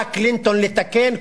בא קלינטון לתקן,